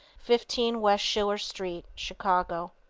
fifteen west schiller street, chicago.